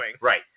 Right